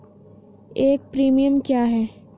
एक प्रीमियम क्या है?